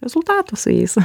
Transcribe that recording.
rezultatų su jais